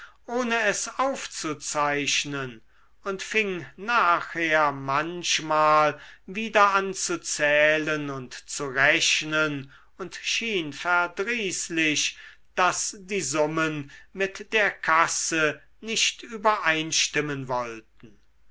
ohne es aufzuzeichnen und fing nachher manchmal wieder an zu zählen und zu rechnen und schien verdrießlich daß die summen mit der kasse nicht übereinstimmen wollten